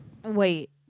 Wait